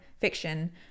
fiction